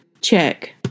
check